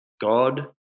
God